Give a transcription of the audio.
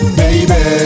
baby